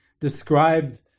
described